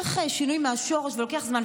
צריך שינוי מהשורש ולוקח זמן.